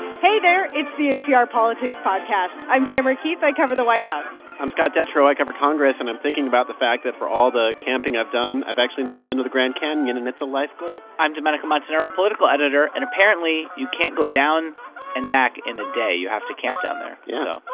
hey, there. it's the npr politics podcast. i'm tamara keith. i cover the white house i'm scott detrow. i cover congress. and i'm thinking about the fact that for all the camping i've done, i've actually never been to the grand canyon. and it's a life goal i'm domenico montanaro, political editor. and apparently, you can't go down and back in a day. you have to camp down there yeah so.